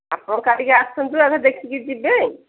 ଆପଣ କାଲିକୁ ଆସନ୍ତୁ ଆଗ ଦେଖିକି ଯିବେ